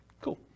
Cool